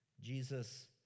Jesus